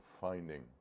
finding